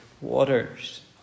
waters